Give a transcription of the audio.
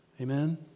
Amen